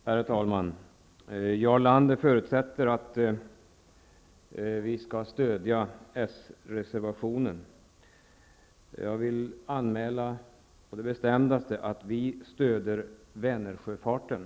Herr talman! Jarl Lander förutsätter att vi skall stödja s-reservationen. Jag vill å det bestämdaste hävda att vi stöder Vänersjöfarten.